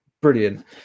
Brilliant